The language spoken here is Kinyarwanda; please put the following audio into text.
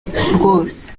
rwose